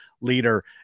leader